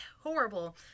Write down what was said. horrible